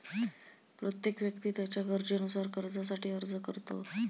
प्रत्येक व्यक्ती त्याच्या गरजेनुसार कर्जासाठी अर्ज करतो